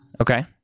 Okay